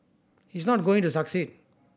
he's not going to succeed